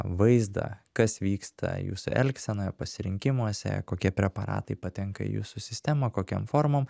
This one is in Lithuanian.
vaizdą kas vyksta jūsų elgsenoje pasirinkimuose kokie preparatai patenka į jūsų sistemą kokiom formom